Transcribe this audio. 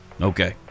Okay